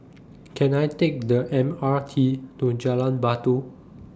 Can I Take The M R T to Jalan Batu